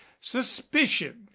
suspicion